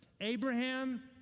Abraham